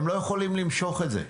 הם לא יכולים למשוך את זה.